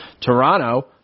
Toronto